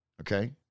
okay